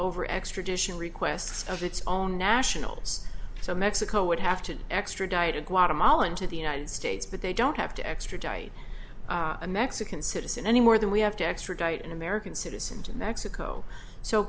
over extradition requests of its own nationals so mexico would have to extradite a guatemalan to the united states but they don't have to extradite a mexican citizen any more than we have to extradite an american citizen to mexico so